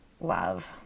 love